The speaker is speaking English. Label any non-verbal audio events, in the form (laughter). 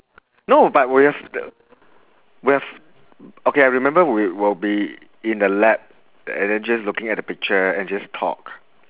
no but we've (noise) we've okay I remember we will be in the lab and then just looking at the picture and just talk